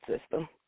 system